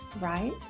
right